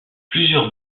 plusieurs